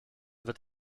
wird